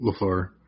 LaFleur